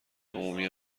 عمومی